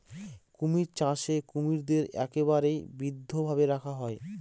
কুমির চাষে কুমিরদের একেবারে বদ্ধ ভাবে রাখা হয়